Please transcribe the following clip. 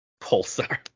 Pulsar